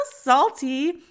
salty